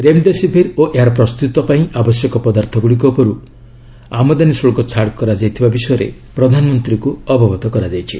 remdesivir ଓ ଏହାର ପ୍ରସ୍ତୁତ ପାଇଁ ଆବଶ୍ୟକ ପଦାର୍ଥଗୁଡ଼ିକ ଉପରୁ ଆମଦାନୀ ଶୁଳ୍କ ଛାଡ଼ କରାଯାଇଥିବା ବିଷୟରେ ପ୍ରଧାନମନ୍ତ୍ରୀଙ୍କୁ ଅବଗତ କରାଯାଇଛି